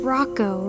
Rocco